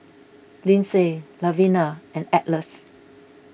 Lyndsey Lavina and Atlas